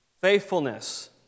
faithfulness